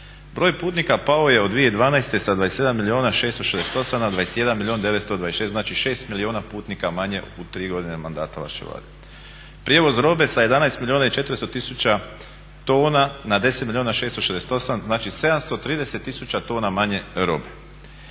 Broj putnika pao je od 2012. sa 27 milijuna 668 na 21 milijun 926, znači 6 milijuna putnika manje u 3 godine mandata vaše Vlade. Prijevoz robe sa 11 milijuna i 400 tisuća tona na 10 milijuna 668 znači 730 tisuća tona manje robe.